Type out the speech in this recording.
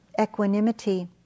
equanimity